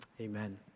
Amen